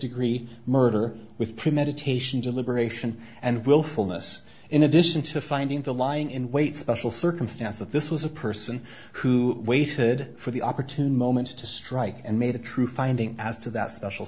degree murder with premeditation deliberation and willfulness in addition to finding the lying in wait special circumstance that this was a person who waited for the opportune moment to strike and made a true finding as to that special